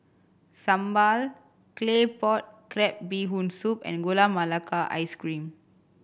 sambal Claypot Crab Bee Hoon Soup and Gula Melaka Ice Cream